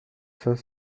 cinq